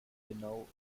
genau